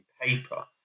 paper